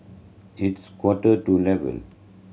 its quarter to eleven